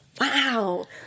Wow